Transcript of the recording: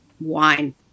wine